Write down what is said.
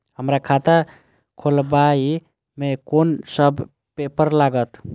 हमरा खाता खोलाबई में कुन सब पेपर लागत?